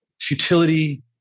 futility